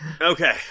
Okay